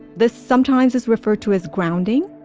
this sometimes is referred to as grounding,